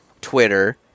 Twitter